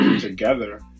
together